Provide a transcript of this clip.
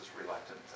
reluctant